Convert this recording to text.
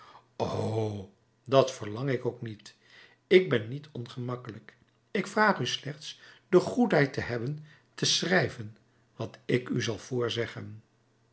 o dat verlang ik ook niet ik ben niet ongemakkelijk ik vraag u slechts de goedheid te hebben te schrijven wat ik u zal